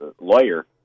lawyer